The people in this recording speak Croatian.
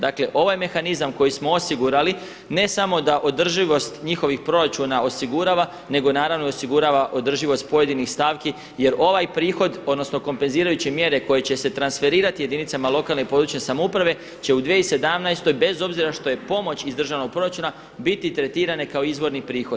Dakle ovaj mehanizam koji smo osigurali ne samo da održivost njihovih proračuna osigurava nego naravno i osigurava održivost pojedinih stavki jer ovaj prihod odnosno kompenzirajuće mjere koje će se transferirati jedinicama lokalne i područne samouprave će u 2017. bez obzira što je pomoć iz državnog proračuna biti tretirane kao izvrni prihod.